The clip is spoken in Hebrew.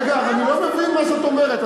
רגע, אבל אני לא מבין מה שאת אומרת.